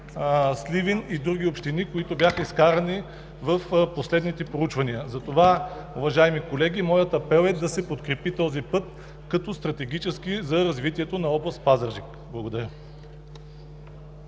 Сливен и други общини, които бяха изкарани в последните проучвания. Затова уважаеми колеги, моят апел е да се подкрепи този път, като стратегически, за развитието на област Пазарджик. Благодаря.